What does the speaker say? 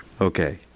Okay